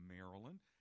Maryland